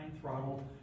throttle